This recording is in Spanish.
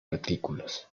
artículos